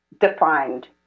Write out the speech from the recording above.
defined